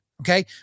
Okay